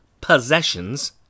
possessions